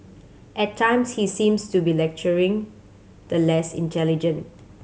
at times he seems to be lecturing the less intelligent